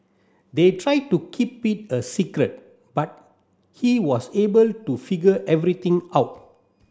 they tried to keep it a secret but he was able to figure everything out